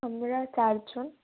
আমরা চার জন